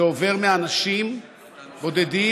זה עובר מאנשים בודדים,